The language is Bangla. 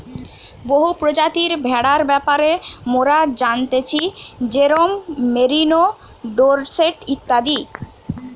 বহু প্রজাতির ভেড়ার ব্যাপারে মোরা জানতেছি যেরোম মেরিনো, ডোরসেট ইত্যাদি